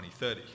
2030